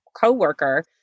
coworker